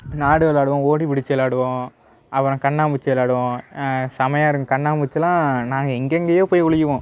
நாடு விளாடுவோம் ஓடிபுடிச்சு விளாடுவோம் அப்புறம் கண்ணாமூச்சி விளாடுவோம் செம்மையாக இருக்கும் கண்ணாமூச்சிலாம் நாங்கள் எங்கெங்கயோ போய் ஒளியுவோம்